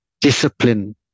discipline